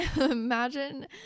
imagine